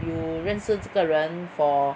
you 认识这个人 for